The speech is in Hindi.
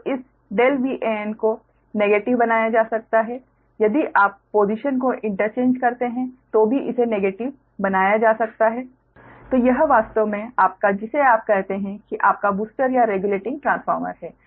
तो इस ∆Van को नेगेटिव बनाया जा सकता है यदि आप पोसिशन को इंटरचेंज करते हैं तो भी इसे नेगेटिव बनाया जा सकता है तो यह वास्तव में आपका जिसे आप कहते हैं कि आपका बूस्टर या रेगुलेटिंग ट्रांसफार्मर है